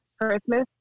Christmas